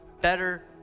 better